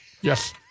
Yes